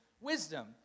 wisdom